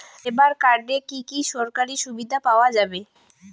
Labour কার্ডে কি কি সরকারি সুবিধা পাওয়া যাবে?